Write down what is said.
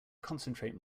concentrate